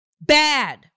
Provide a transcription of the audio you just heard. bad